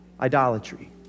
Idolatry